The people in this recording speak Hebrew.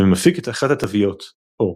ומפיק את אחת התויות או.